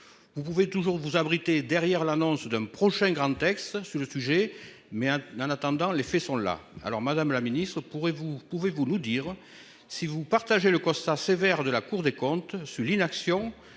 Vous pouvez toujours vous abriter derrière l'annonce d'un prochain grand texte sur le sujet mais un. En attendant, les faits sont là. Alors Madame la Ministre pourrez vous pouvez-vous nous dire si vous partagez le constat sévère de la Cour des comptes sur l'inaction